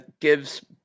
gives